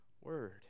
word